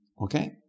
Okay